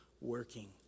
working